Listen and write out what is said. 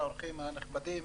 האורחים הנכבדים.